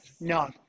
no